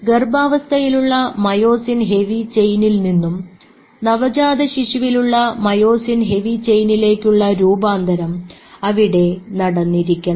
ഗർഭാവസ്ഥയിലുള്ള മയോസിൻ ഹെവി ചെയിനിൽ നിന്നും നവജാതശിശുവിലുള്ള മയോസിൻ ഹെവി ചെയിനിലേക്കുള്ള രൂപാന്തരം അവിടെ നടന്നിരിക്കണം